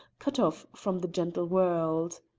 cut off from the gentle world.